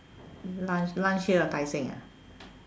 lunch lunch here Tai-Seng ah